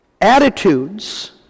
attitudes